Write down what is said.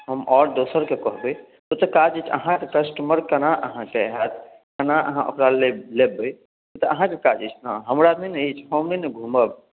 हम आओर दोसरके कहबै दोसर काज अछि अहाँके कस्टमर केना अहाँके हैत केना अहाँ ओकरा लेबै ई तऽ अहाँके काज अछि ने हमरा नहि ने अछि हम नहि ने घूमब